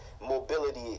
mobility